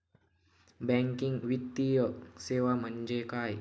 Banking वित्तीय सेवा म्हणजे काय?